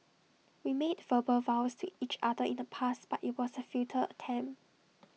we made verbal vows to each other in the past but IT was A futile attempt